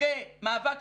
אחרי מאבק